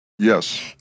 Yes